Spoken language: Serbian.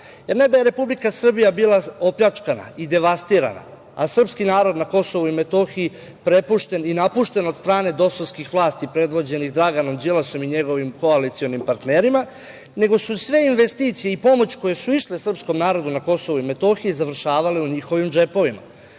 jer ne da je Republika Srbija bila opljačkana i devastirana, a srpski narod na Kosovu i Metohiji prepušten i napušten od strane dosovskih vlasti predvođeni Draganom Đilasom i njegovim koalicionim partnerima, nego su sve investicije i pomoć koja je išla srpskom narodu na Kosovu i Metohiji završavale u njihovim džepovima. Dok